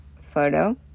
photo